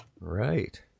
Right